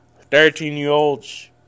Thirteen-year-olds